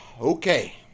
Okay